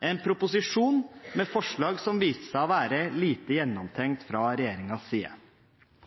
med forslag som viste seg å være lite gjennomtenkt fra regjeringens side.